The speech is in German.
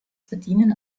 verdienen